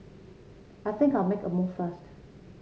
I think I'll make a move first